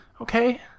Okay